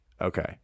Okay